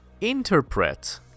Interpret